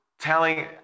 telling